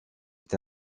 est